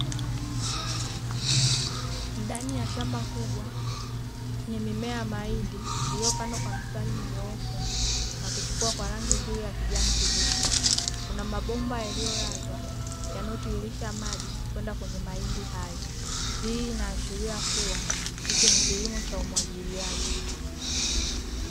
Ndani ya shamba kubwa lenye mimea ya mahindi; lililopandwa kwa mistari minyoofu na kuchipua kwa rangi nzuri ya kijani kibichi, kuna mabomba yaliyolazwa yanayotiririsha maji kwenda kwenye mahindi hayo. Hii inaashiria kuwa hichi ni kilimo cha umwagiliaji.